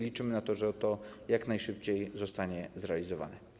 Liczymy na to, że to jak najszybciej zostanie zrealizowane.